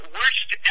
Worst